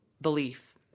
belief